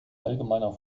allgemeiner